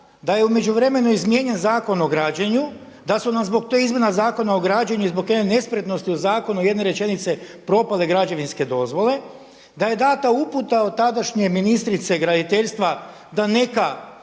da je u međuvremenu izmijenjen Zakon o građenju, da su nam zbog tih izmjena Zakona o građenju i zbog nespretnosti u zakonu jedne rečenice propale građevinske dozvole, da je dana uputa od tadašnje ministrice graditeljstva da neka